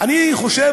אני חושב,